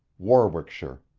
warwickshire.